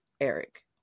Eric